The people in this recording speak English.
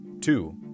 two